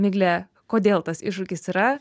migle kodėl tas iššūkis yra